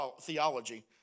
theology